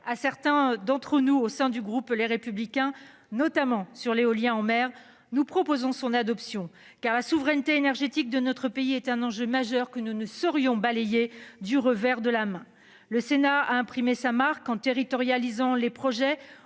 à certains d'entre nous au sein du groupe les républicains notamment sur l'éolien en mer. Nous proposons son adoption car la souveraineté énergétique de notre pays est un enjeu majeur que nous ne saurions balayé du revers de la main, le Sénat a imprimé sa marque en territorialisant les projets